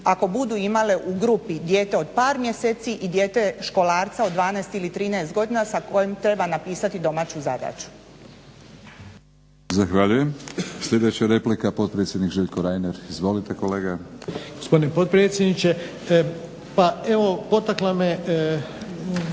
ako budu imale u grupi dijete od par mjeseci i dijete školarca od 12 ili 13 godina sa kojim treba napisati domaću zadaću. **Batinić, Milorad (HNS)** Zahvaljujem. Sljedeća replika, potpredsjednik Željko Reiner. Izvolite kolega. **Reiner, Željko (HDZ)** Gospodine potpredsjedniče, pa evo potakla me